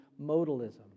modalism